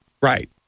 Right